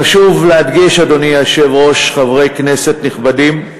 חשוב להדגיש, אדוני היושב-ראש, חברי כנסת נכבדים,